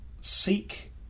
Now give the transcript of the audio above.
seek